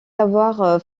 avoir